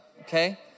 okay